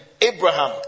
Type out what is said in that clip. Abraham